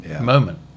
moment